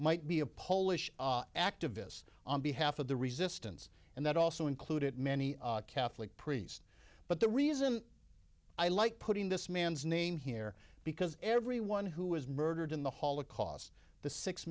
might be a polish activists on behalf of the resistance and that also included many catholic priests but the reason i like putting this man's name here because everyone who was murdered in the holocaust the six